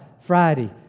friday